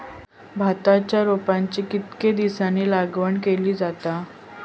भाताच्या रोपांची कितके दिसांनी लावणी केली जाता?